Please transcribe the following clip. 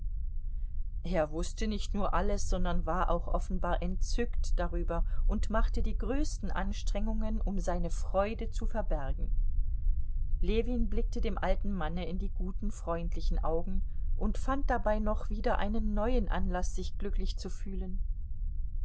er wußte nicht nur alles sondern war auch offenbar entzückt darüber und machte die größten anstrengungen um seine freude zu verbergen ljewin blickte dem alten manne in die guten freundlichen augen und fand dabei noch wieder einen neuen anlaß sich glücklich zu fühlen